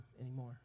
anymore